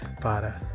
Father